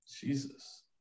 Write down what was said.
Jesus